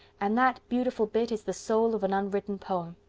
and that beautiful bit is the soul of an unwritten poem.